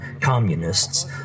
communists